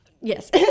Yes